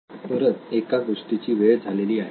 हत्ती आणि आंधळी माणसे परत एका गोष्टीची वेळ झालेली आहे